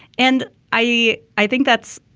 and i i think that's,